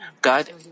God